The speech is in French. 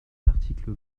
l’article